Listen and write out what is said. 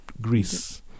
Greece